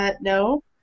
no